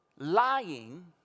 lying